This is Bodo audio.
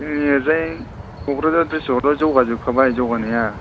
जोंनि ओरैजाय कक्राझार दिसट्रिक आवथ' जौगा जोबखाबाय जौगानाया